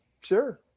sure